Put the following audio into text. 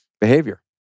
behavior